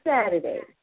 Saturday